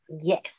yes